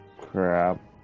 Crap